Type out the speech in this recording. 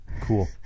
Cool